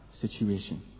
situation